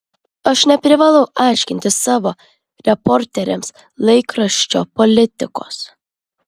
aš neprivalau aiškinti savo reporteriams laikraščio politikos